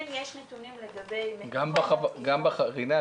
כן יש נתונים לגבי --- גם בחברות עצמן